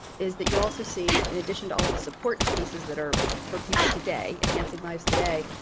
is that you also see in addition to all the support pieces that are for people today enhancing lives today,